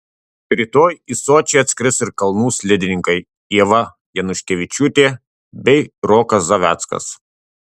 rytoj į sočį atskris ir kalnų slidininkai ieva januškevičiūtė bei rokas zaveckas